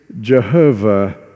Jehovah